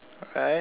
alright